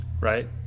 Right